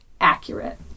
Accurate